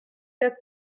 quatre